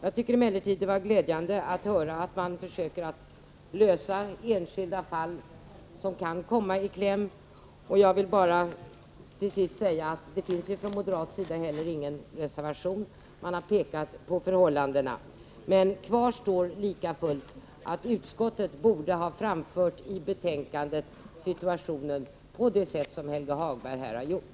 Det var glädjande att höra att man försöker hjälpa enskilda fall som kan komma i kläm. Jag vill till sist säga att det från moderat sida inte heller finns någon reservation. Vi har bara pekat på förhållandena. Kvar står likafullt att utskottet i sitt betänkande borde ha beskrivit situationen på det sätt som Helge Hagberg här har gjort.